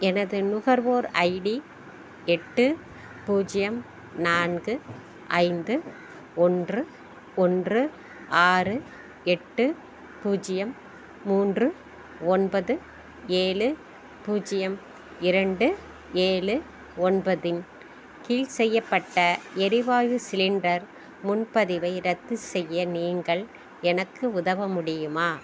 எனது நுகர்வோர் ஐடி எட்டு பூஜ்ஜியம் நான்கு ஐந்து ஒன்று ஒன்று ஆறு எட்டு பூஜ்ஜியம் மூன்று ஒன்பது ஏழு பூஜ்ஜியம் இரண்டு ஏழு ஒன்பதின் கீழ் செய்யப்பட்ட எரிவாயு சிலிண்டர் முன்பதிவை ரத்து செய்ய நீங்கள் எனக்கு உதவ முடியுமா